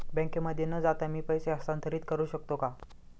बँकेमध्ये न जाता मी पैसे हस्तांतरित करू शकतो का?